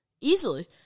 easily